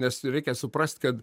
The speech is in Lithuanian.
nes reikia suprast kad